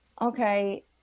Okay